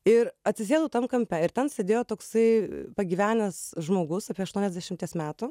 ir atsisėdau tam kampe ir ten sėdėjo toksai pagyvenęs žmogus apie aštuoniasdešimties metų